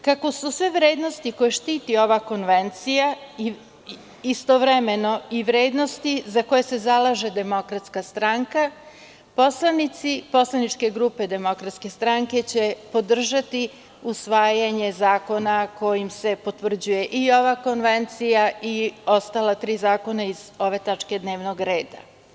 Kako su sve vrednosti koje štiti ova konvencija istovremeno i vrednosti za koje se zalaže DS, poslanici poslaničke grupe DS će podržati usvajanje zakona kojim se potvrđuje i ova konvencija i ostala tri zakona iz ove tačke dnevnog reda.